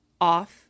Off